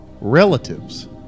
Relatives